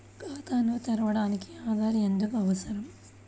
ఖాతాను తెరవడానికి ఆధార్ ఎందుకు అవసరం?